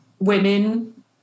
women